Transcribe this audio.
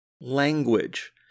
language